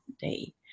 day